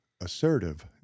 assertive